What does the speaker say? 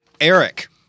Eric